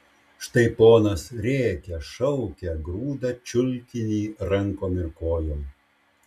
štai ponas rėkia šaukia grūda čiulkinį rankom ir kojom